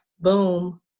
boom